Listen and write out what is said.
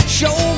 show